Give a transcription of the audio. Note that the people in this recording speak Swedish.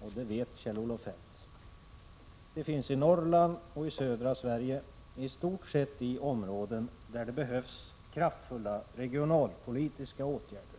och det vet Kjell-Olof Feldt. De finns i Norrland och i södra Sverige, i stort sett i områden där det behövs kraftfulla regionalpolitiska åtgärder.